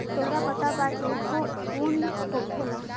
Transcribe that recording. तोहरा पता बा एगो उन होखेला